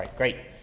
great.